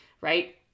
right